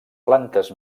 plantes